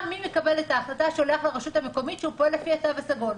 מי שמקבל את החלטה שולח לרשות המקומית שהוא פועל לפי התו הסגול.